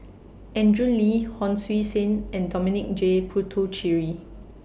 Andrew Lee Hon Sui Sen and Dominic J Puthucheary